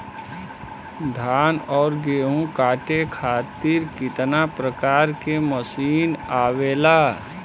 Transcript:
धान और गेहूँ कांटे खातीर कितना प्रकार के मशीन आवेला?